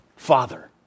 Father